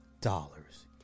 dollars